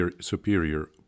Superior